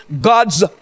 god's